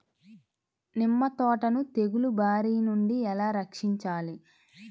నిమ్మ తోటను తెగులు బారి నుండి ఎలా రక్షించాలి?